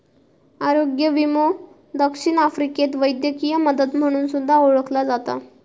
आरोग्य विमो दक्षिण आफ्रिकेत वैद्यकीय मदत म्हणून सुद्धा ओळखला जाता